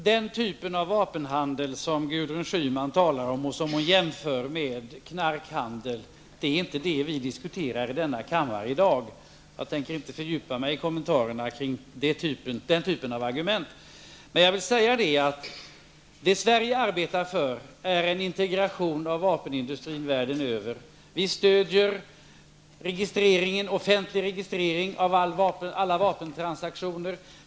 Herr talman! Den typ av vapenhandel som Gudrun Schyman talar om, och som hon jämför med knarkhandel, är inte det vi diskuterar i denna kammare i dag. Jag tänker inte fördjupa mig i kommentarerna kring den typen av argument. Men jag vill säga att det Sverige arbetar för är en integration av vapenindustrin världen över. Vi stödjer offentlig registrering av alla vapentransaktioner.